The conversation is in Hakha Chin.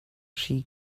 hri